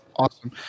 Awesome